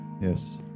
Yes